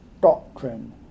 doctrine